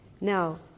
now